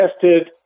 tested